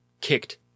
kicked